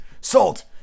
salt